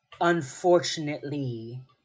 unfortunately